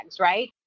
right